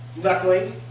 Luckily